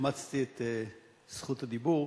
החמצתי את רשות הדיבור.